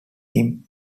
him